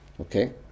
Okay